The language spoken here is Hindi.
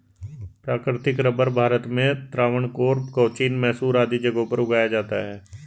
प्राकृतिक रबर भारत में त्रावणकोर, कोचीन, मैसूर आदि जगहों पर उगाया जाता है